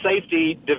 safety